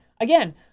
Again